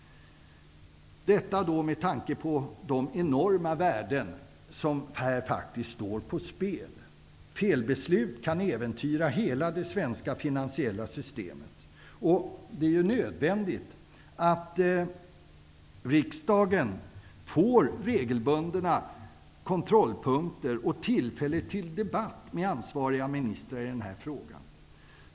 Detta med tanke på de enorma värden som här faktiskt står på spel. Felbeslut kan äventyra hela det svenska finansiella systemet. Det är nödvändigt att riksdagen får regelbundna kontrollpunkter och tillfälle till debatt med ansvariga ministrar i den här frågan.